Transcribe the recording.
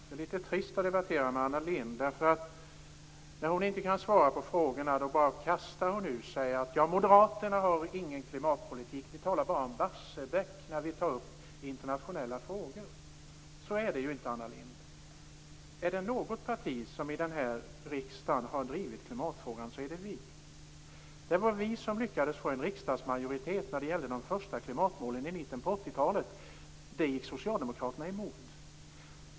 Herr talman! Det är litet trist att debattera med Anna Lindh. När hon inte kan svara på frågorna kastar hon ur sig att Moderaterna inte har någon klimatpolitik och att vi bara talar om Barsebäck när vi tar upp internationella frågor. Så är det ju inte, Anna Lindh. Är det något parti som i denna riksdag har drivit klimatfrågan så är det vi. Det var vi som lyckades få ihop en riksdagsmajoritet när det gällde de första klimatmålen i mitten på 80-talet. Det gick Socialdemokraterna emot.